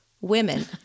women